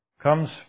comes